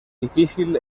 difícil